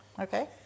Okay